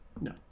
No